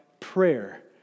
Prayer